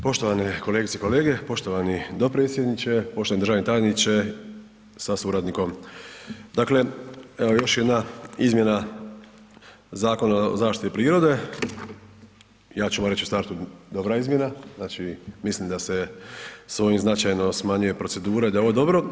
Poštovane kolegice i kolege, poštovani dopredsjedniče, poštovani državni tajniče sa suradnikom, dakle evo još jedna izmjena Zakona o zaštiti prirode, ja ću vam reći u startu dobra izmjena, znači mislim da se s ovim značajno smanjuje procedura i da je ovo dobro.